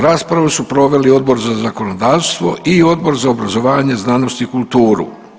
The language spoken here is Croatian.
Raspravu su proveli Odbor za zakonodavstvo i Odbor za obrazovanje, znanost i kulturu.